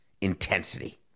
intensity